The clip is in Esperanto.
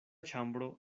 ĉambro